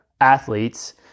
athletes